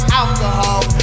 alcohol